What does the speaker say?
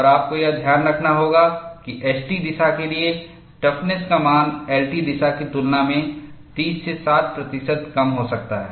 और आपको यह ध्यान रखना होगा कि एसटी दिशा के लिए टफनेस का मान एलटी दिशा की तुलना में 30 से 60 प्रतिशत कम हो सकता है